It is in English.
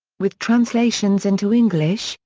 with translations into english,